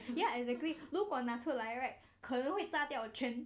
ya exactly 如果拿出来 right